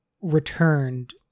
returned